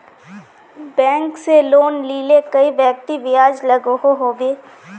Bank से loan लिले कई व्यक्ति ब्याज लागोहो होबे?